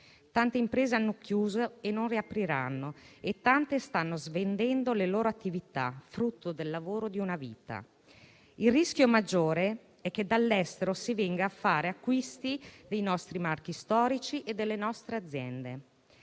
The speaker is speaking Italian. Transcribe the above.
Tante imprese hanno chiuso e non riapriranno e tante stanno svendendo le loro attività, frutto del lavoro di una vita. Il rischio maggiore è che dall'estero si venga a fare acquisti dei nostri marchi storici e delle nostre aziende.